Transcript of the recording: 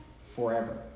forever